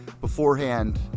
beforehand